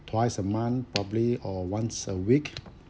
twice a month probably or once a week